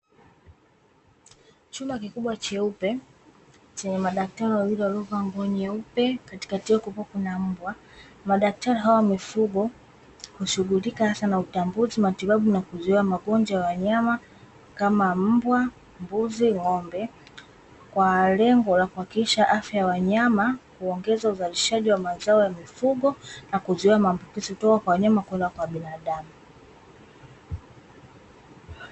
Chumba kikubwa cheupe, chenye madaktari wawili, waliovaa nguo nyeupe, katikati yao kukiwa kuna mbwa, madaktari hao wa mifugo hushughulika hasa na utambuzi, matibabu na kuzua magonjwa ya wanyama kama: mbwa, mbuzi, ng’ombe kwa lengo la kuhakikisha afya ya wanyama, kuongeza uzalishaji wa mazao ya mifugo, na kuzuia maambukizi kutoka kwa wanyama kwenda kwa binadamu.